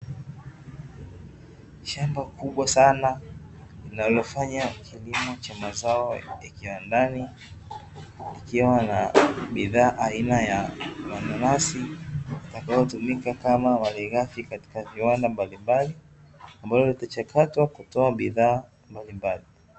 Shamba kubwa sana, linalofanya kilimo cha mazao ya aina ya kiwandani, likiwa na bidhaa zinazotumika kama mananasi, na kupelekwa katika viwanda mbalimbali ambayo huchakatwa na kutoa bidhaa mbalimbali.